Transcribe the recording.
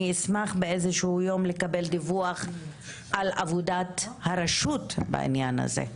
אני אשמח באיזשהו יום לקבל דיווח על עבודת הרשות בעניין הזה.